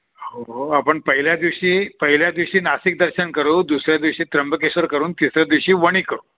हो हो आपण पहिल्या दिवशी पहिल्या दिवशी नाशिक दर्शन करू दुसऱ्या दिवशी त्र्यंबकेश्वर करून तिसऱ्या दिवशी वणी करू